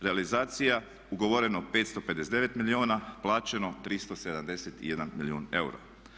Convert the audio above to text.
Realizacija ugovoreno 559 milijuna, plaćeno 371 milijun eura.